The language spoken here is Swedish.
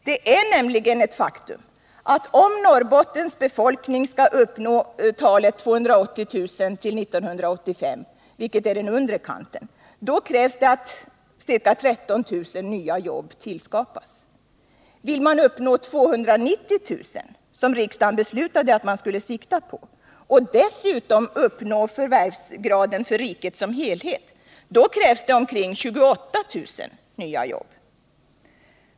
Det är nämligen ett faktum att om Norrbottens befolkning skall uppnå talet 280 000 år 1985, vilket är den undre kanten, då krävs det att ca 13 000 nya jobb tillskapas. Vill man uppnå ett befolkningstal på 290 000, som riksdagen beslutat att man skall sikta på, och dessutom uppnå förvärvsgraden för riket som helhet, då krävs det omkring 28 000 nya jobb.